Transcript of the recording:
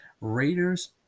Raiders